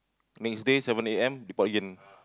next day seven A_M report again